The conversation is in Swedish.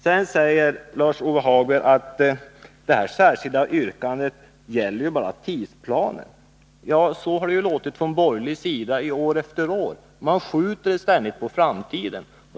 Sedan säger Lars-Ove Hagberg att det särskilda yrkandet bara gäller tidsplanen. Ja, men så har det ju låtit från borgerlig sida år efter år. Man skjuter där ständigt saker på framtiden.